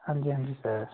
ਹਾਂਜੀ ਹਾਂਜੀ ਸਰ